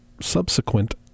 subsequent